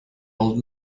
old